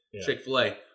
Chick-fil-A